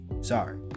Sorry